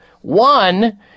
one